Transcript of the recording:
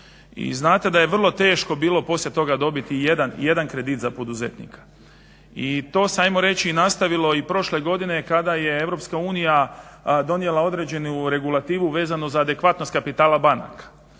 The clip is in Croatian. znate da je vrlo teško bilo poslije toga dobiti ijedan kredit za poduzetnika. I to se ajmo reći nastavilo i prošle godine kada je EU donijela određenu regulativu vezano za adekvatnost kapitala banaka.